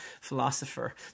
philosopher